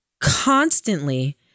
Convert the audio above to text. constantly